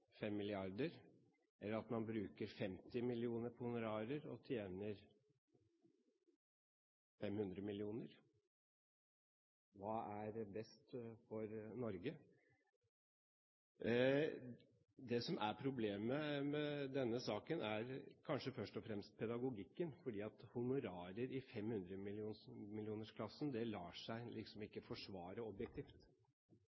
at man bruker 50 mill. kr på honorarer og tjener 500 mill. kr. Hva er best for Norge? Det som er problemet med denne saken, er kanskje først og fremst pedagogikken, for honorarer i 500 millionerklassen lar seg liksom